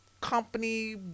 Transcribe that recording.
company